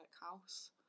House